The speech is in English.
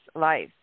life